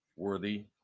worthy